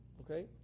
okay